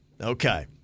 Okay